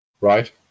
Right